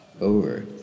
over